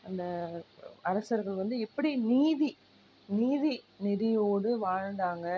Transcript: அந்த அரசர்கள் வந்து எப்படி நீதி நீதி நெறியோடு வாழ்ந்தாங்க